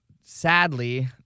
sadly